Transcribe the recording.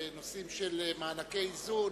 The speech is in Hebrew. בנושאים של מענקי איזון